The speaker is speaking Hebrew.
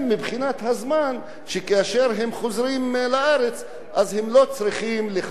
שכאשר הם חוזרים לארץ הם לא יצטרכו לחכות כל כך הרבה